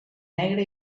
negra